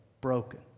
broken